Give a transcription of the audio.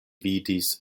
vidis